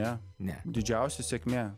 ne ne didžiausia sėkmė